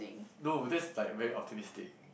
no that's like very optimistic